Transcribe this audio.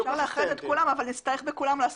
אפשר לאחד את כולם אבל נצטרך בכולם את